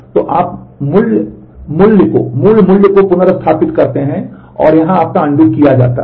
तो आप मूल मूल्य को पुनर्स्थापित करते हैं और यहां आपका अनडू किया जाता है